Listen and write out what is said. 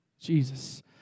Jesus